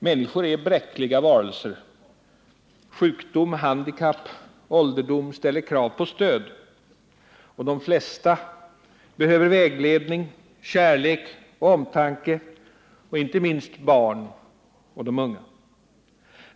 Människor är bräckliga varelser: sjukdom, handikapp, ålderdom ställer krav på stöd, och de flesta behöver vägledning, kärlek och omtanke, inte minst barnen och de unga.